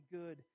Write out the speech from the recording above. good